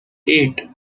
eight